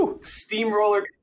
steamroller